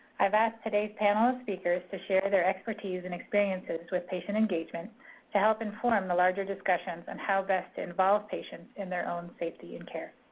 i've asked today's panel of speakers to share their expertise and experiences with patient engagement to help inform the larger discussions on how best to involve patients in their own safety and care.